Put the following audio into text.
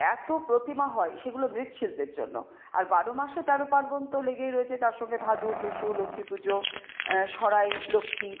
এত প্রতিমা হয় সেগুলো মৃৎশিল্পের জন্য আর বারো মাসে তেরো পার্বণ তো লেগেই রয়েছে তার সঙ্গে ভাদু টুসু লক্ষ্মীপুজো সরাই লক্ষ্মী